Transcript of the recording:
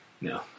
No